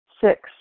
Six